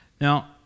Now